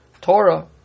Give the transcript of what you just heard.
Torah